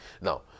Now